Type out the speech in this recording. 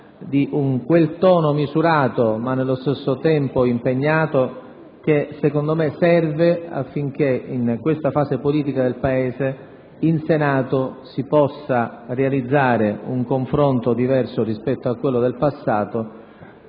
da un tono misurato ma nello stesso tempo impegnato, secondo me, utile affinché in questa fase politica del Paese in Senato si possa realizzare un confronto diverso rispetto al passato